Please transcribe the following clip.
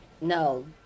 No